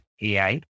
AI